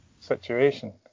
situation